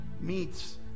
meets